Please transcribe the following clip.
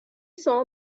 saw